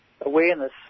awareness